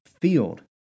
field